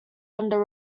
under